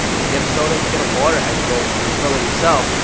you get a soda, you get a water, and you go refill it yourself.